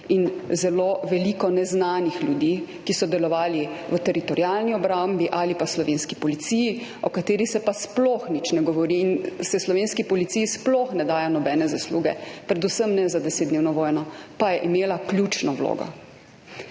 in zelo veliko neznanih ljudi, ki so delovali v Teritorialni obrambi ali pa slovenski policiji, o kateri se pa sploh nič ne govori in se slovenski policiji sploh ne daje nobene zasluge, predvsem ne za desetdnevno vojno, pa je imela ključno vlogo.